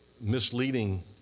misleading